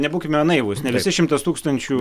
nebūkime naivūs ne visi šimtas tūkstančių